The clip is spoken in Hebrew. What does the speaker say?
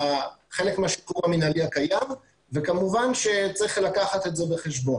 מהשחרור המנהלי הקיים וכמובן שצריך לקחת את זה בחשבון.